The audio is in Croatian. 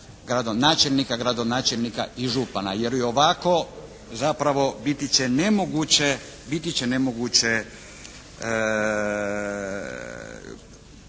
gradonačelnika i župana jer i ovako zapravo biti će nemoguće,